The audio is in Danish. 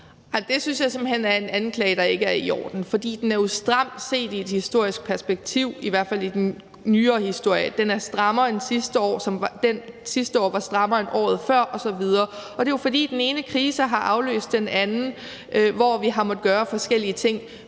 jeg simpelt hen er en anklage, der ikke er i orden, for den er jo stram set i et historisk perspektiv – i hvert fald i den nyere historie. Den er strammere end finansloven sidste år, og den sidste år var strammere end året før osv., og det er jo, fordi den ene krise har afløst den anden, så vi har måttet gøre forskellige ting.